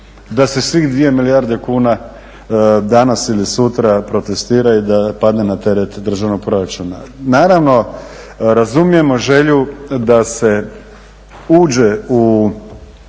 da se svih 2 milijarde kuna danas ili sutra protestira i da padne na teret državnog proračuna. Naravno, razumijemo želju da se uđe u